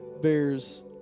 bears